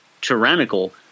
tyrannical